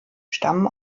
stammen